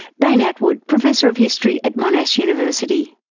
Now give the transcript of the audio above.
bain attwood, professor of history at monash university.